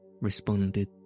responded